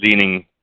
leaning